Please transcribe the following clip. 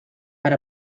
per